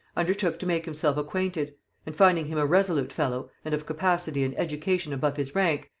undertook to make himself acquainted and finding him a resolute fellow, and of capacity and education above his rank,